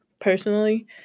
personally